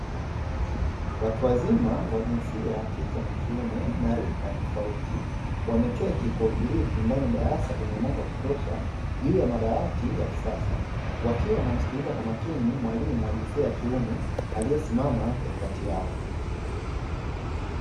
Watu wazima wa jinsia ike na kiume na rika tofauti wameketi kwa utulivu ndani ya darasa lenye mwanga wa kutosha juu ya madawati ya kisasa wakiwa na msikiliza kwa makini mwalimu wa jinsia ya kiume aliyesimama katikati yao.